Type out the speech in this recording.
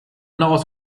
knows